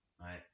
right